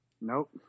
nope